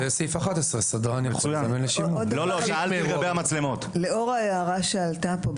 לאור ההערה שעלתה פה,